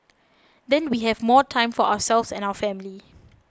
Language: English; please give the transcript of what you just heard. then we have more time for ourselves and our family